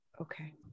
Okay